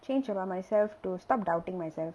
change about myself to stop doubting myself